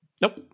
Nope